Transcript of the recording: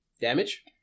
Damage